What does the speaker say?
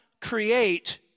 create